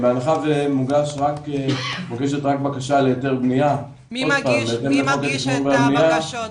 בהנחה ומוגשת רק בקשה להיתר בנייה --- מי מגיש את הבקשות?